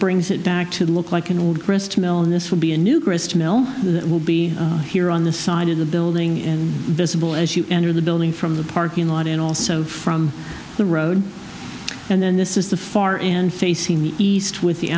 brings it back to look like an old grist mill and this will be a new grist mill that will be here on the side of the building and visible as you enter the building from the parking lot and also from the road and then this is the far end facing the east with the